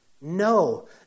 No